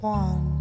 one